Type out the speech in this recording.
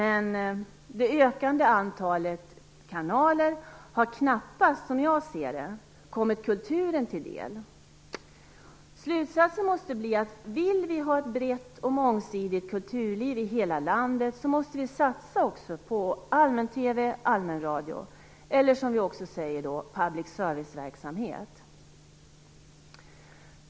Men det ökande antalet kanaler har knappast, som jag ser det, kommit kulturen till del. Slutsatsen måste bli att om vi vill ha ett brett och mångsidigt kulturliv i hela landet måste vi satsa på allmän-TV och allmän-radio, eller som vi också säger public service-verksamhet.